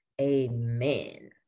amen